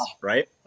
right